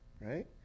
Right